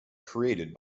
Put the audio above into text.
created